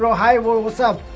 so high was up